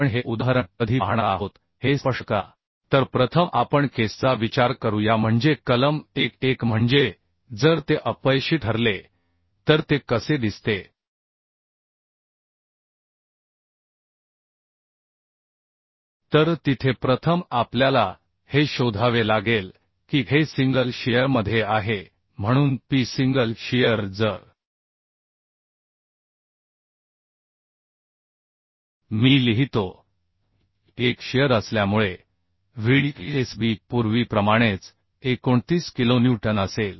आपण हे उदाहरण कधी पाहणार आहोत हे स्पष्ट करा तर प्रथम आपण केसचा विचार करूया म्हणजे कलम 1 1 म्हणजे जर ते अपयशी ठरले तर ते कसे दिसते तर तिथे प्रथम आपल्याला हे शोधावे लागेल की हे सिंगल शियरमध्ये आहे म्हणून पी सिंगल शियर जर मी लिहितो की एक शिअर असल्यामुळे Vdsb पूर्वीप्रमाणेच 29 किलोन्यूटन असेल